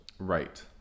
Right